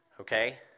Okay